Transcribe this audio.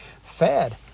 fed